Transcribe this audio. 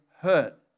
hurt